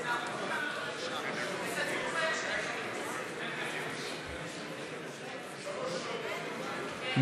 של קבוצת סיעת מרצ וקבוצת סיעת הרשימה המשותפת לאחרי סעיף 1 לא נתקבלה.